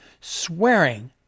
swearing